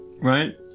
right